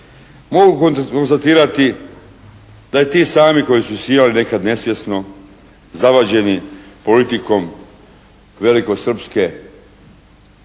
Mogu konstatirati da i ti sami koji su sijali nekad nesvjesno zavađeni politikom velikosrpske ideje